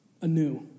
anew